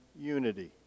unity